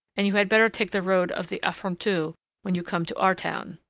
and you had better take the road of the affronteux two when you come to our town.